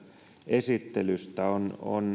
esittelystä on